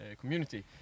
community